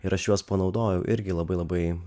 ir aš juos panaudojau irgi labai labai